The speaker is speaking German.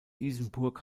isenburg